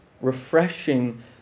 refreshing